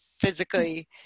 physically